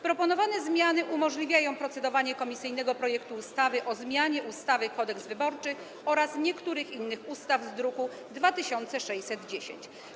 Proponowane zmiany umożliwiają procedowanie nad komisyjnym projektem ustawy o zmianie ustawy Kodeks wyborczy oraz niektórych innych ustaw z druku nr 2610.